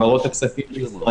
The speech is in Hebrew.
ולא פחות מתצהיר של עורך דין.